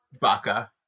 Baka